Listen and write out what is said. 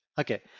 Okay